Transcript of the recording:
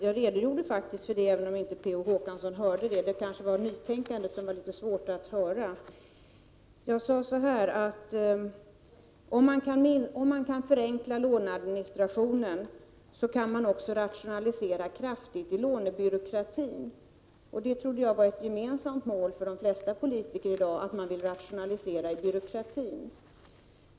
Jag redogjorde faktiskt för det, även om Per Olof Håkansson inte hörde det — det kanske var svårt att höra nytänkandet. Jag sade att om låneadministrationen kan förenklas kan också lånebyråkratin kraftigt rationaliseras. Jag trodde att det var ett gemensamt mål för de flesta politiker att rationalisera i byråkratin.